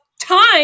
time